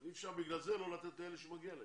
אבל אי-אפשר בגלל זה לא לתת לאלה שמגיע להם.